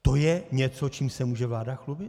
To je něco, čím se může vláda chlubit?